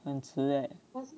很迟 leh